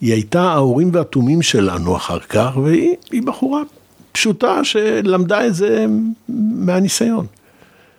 היא הייתה האורים והתומים שלנו אחר כך והיא בחורה פשוטה שלמדה את זה מהניסיון.